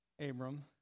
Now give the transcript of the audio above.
Abram